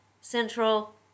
Central